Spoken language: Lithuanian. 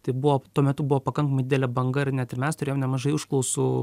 tai buvo tuo metu buvo pakankamai didelė banga ir net ir mes turėjom nemažai užklausų